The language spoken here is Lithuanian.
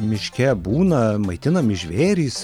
miške būna maitinami žvėrys